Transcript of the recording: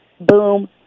Boom